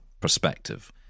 perspective